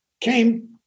came